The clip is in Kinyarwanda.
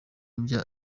bya